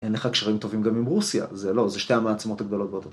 אין לך קשרים טובים גם עם רוסיה, זה לא, זה שתי המעצמות הגדולות באותה תקופה